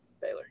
Baylor